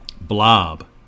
Blob